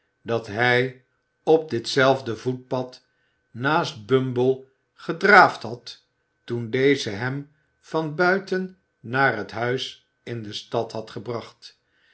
dat hij op dit zelfde voetpad naast bumble gedraafd had toen deze hem van buiten naar het huis in de stad had gebracht